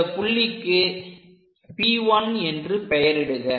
இந்த புள்ளிக்கு P1 என்று பெயரிடுக